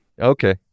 Okay